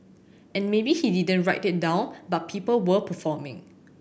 and maybe he didn't write it down but people were performing